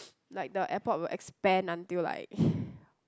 like the airport will expand until like